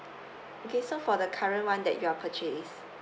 okay so for the current [one] that you are purchase